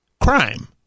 Crime